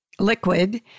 liquid